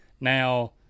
now